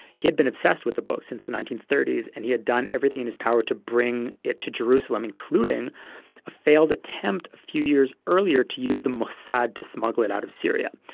he had been obsessed with the book since the nineteen thirty s and he had done everything in his power to bring it to jerusalem, including a failed attempt a few years earlier to use the mossad to smuggle it out of syria.